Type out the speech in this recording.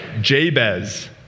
jabez